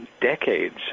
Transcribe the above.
decades